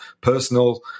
personal